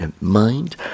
mind